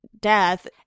death